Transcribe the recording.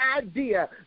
idea